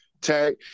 tag